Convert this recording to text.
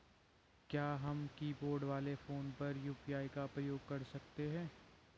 क्या हम कीबोर्ड वाले फोन पर यु.पी.आई का प्रयोग कर सकते हैं?